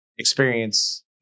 experience